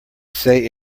say